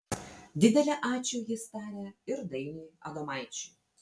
didelį ačiū jis taria ir dainiui adomaičiui